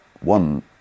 one